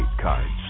cards